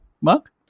Mark